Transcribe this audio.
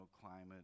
climate